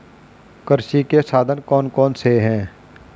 कृषि के साधन कौन कौन से हैं?